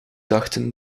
dachten